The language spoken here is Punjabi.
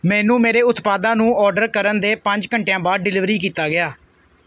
ਮੈਨੂੰ ਮੇਰੇ ਉਤਪਾਦਾਂ ਨੂੰ ਓਡਰ ਕਰਨ ਦੇ ਪੰਜ ਘੰਟਿਆਂ ਬਾਅਦ ਡਿਲੀਵਰੀ ਕੀਤਾ ਗਿਆ